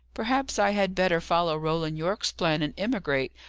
perhaps i had better follow roland yorke's plan, and emigrate,